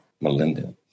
Melinda